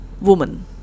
woman